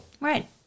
Right